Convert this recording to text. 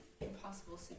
impossible